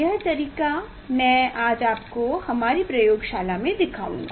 यह तरीका मैं आज आपको हमारी प्रयोगशाला में दिखाऊंगा